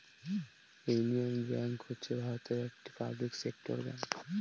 union Bank হচ্ছে ভারতের একটি পাবলিক সেক্টর ব্যাঙ্ক